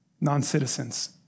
non-citizens